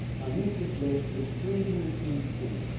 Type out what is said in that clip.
now, euclid lived in three hundred bc.